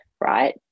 right